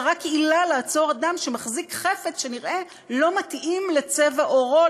זה רק עילה לעצור אדם שמחזיק חפץ שנראה לא מתאים לצבע עורו,